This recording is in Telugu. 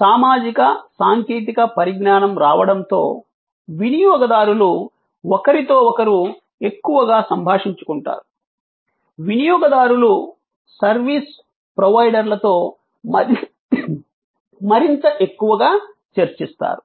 సామాజిక సాంకేతిక పరిజ్ఞానం రావడంతో వినియోగదారులు ఒకరితో ఒకరు ఎక్కువగా సంభాషించుకుంటారు వినియోగదారులు సర్వీస్ ప్రొవైడర్లతో మరింత ఎక్కువగా చర్చిస్తారు